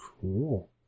Cool